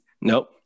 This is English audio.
Nope